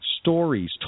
stories